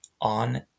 on